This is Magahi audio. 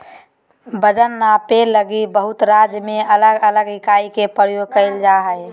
वजन मापे लगी बहुत राज्य में अलग अलग इकाई के प्रयोग कइल जा हइ